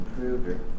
improved